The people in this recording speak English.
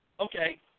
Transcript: Okay